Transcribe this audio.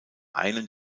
einen